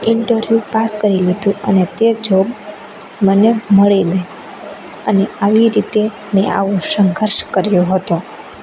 interview pass કરી લીધું અને તે જોબ મને મળી ગઈ અને આવી રીતે મેં આવો સંઘર્ષ કર્યો હતો